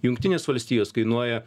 jungtinės valstijos kainuoja